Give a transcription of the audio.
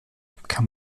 kann